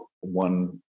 one